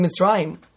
Mitzrayim